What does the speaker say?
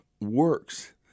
works